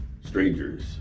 Strangers